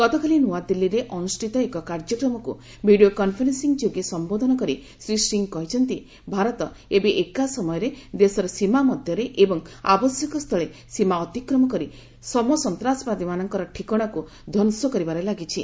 ଗତକାଲି ନ୍ନଆଦିଲ୍ଲୀରେ ଅନୁଷ୍ଠିତ ଏକ କାର୍ଯ୍ୟକ୍ରମକୁ ଭିଡିଓ କନଫରେନ୍ସିଂ ଯୋଗେ ସମ୍ବୋଧନ କରି ଶ୍ରୀ ସିଂ କହିଛନ୍ତି ଭାରତ ଏବେ ଏକାସମୟରେ ଦେଶରସୀମା ମଧ୍ୟରେ ଏବଂ ଆବଶ୍ୟକସ୍ଥଳେ ସୀମା ଅତିକ୍ରମ କରି ସମନ୍ତାସବାଦୀମାନଙ୍କର ଠିକଣାକୁ ଧ୍ୱଂସ କରିବାରେ ଲାଗିଛି